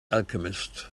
alchemist